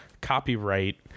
copyright